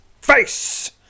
face